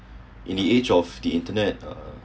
in the age of the internet uh